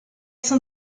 cent